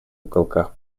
уголках